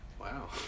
Wow